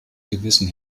gewissen